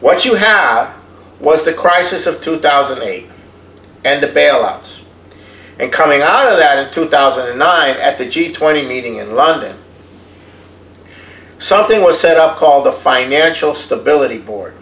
what you have was the crisis of two thousand and eight and the bailouts and coming out of that in two thousand and nine at the g twenty meeting in london something was set up called the financial stability board